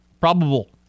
Probable